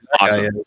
awesome